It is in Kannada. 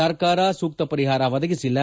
ಸರ್ಕಾರ ಸೂಕ್ತ ಪರಿಹಾರ ಒದಗಿಸಿಲ್ಲ